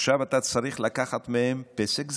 עכשיו אתה צריך לקחת מהם פסק זמן,